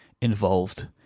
involved